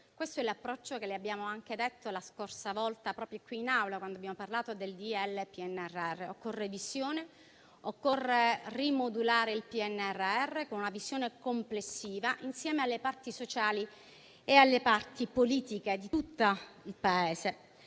Questo è l'approccio che le abbiamo indicato proprio qui in Aula, quando abbiamo parlato del decreto-legge PNRR. Occorre visione e occorre rimodulare il PNRR con una concezione complessiva, insieme alle parti sociali e alle parti politiche di tutto il Paese.